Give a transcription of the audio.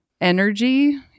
energy